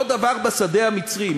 אותו דבר בשדה המצרי.